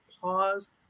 pause